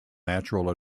natural